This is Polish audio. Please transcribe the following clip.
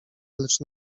lecz